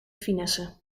finesse